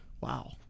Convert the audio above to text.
Wow